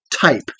type